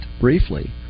briefly